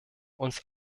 uns